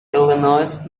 illinois